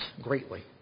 greatly